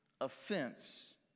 offense